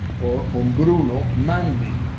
or hombruno, manly.